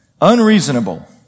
unreasonable